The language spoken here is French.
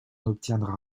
obtiendra